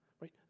right